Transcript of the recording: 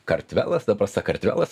kartvelas dabar sakartvelas